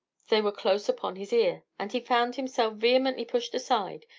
they were close upon his ear, and he found himself vehemently pushed aside,